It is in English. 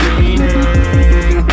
meaning